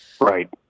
Right